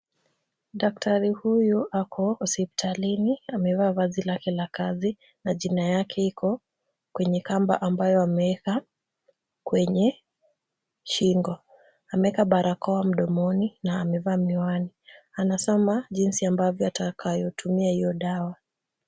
Daktari huyu ako hospitalini. Amevaa vazi la kazi na jina lake liko kwenye kamba ambayo ameweka kwenye shingo. Ameweka barakoa mdomoni na amevaa miwani. Anasoma jinsi ambavyo atakayotumia hiyo dawa.